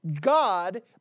God